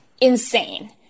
insane